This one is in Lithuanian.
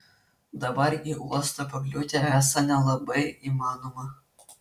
dabar į uostą pakliūti esą nelabai įmanoma